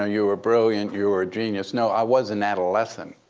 ah you were brilliant. you were a genius. no, i was an adolescent.